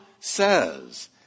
says